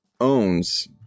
owns